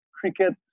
Cricket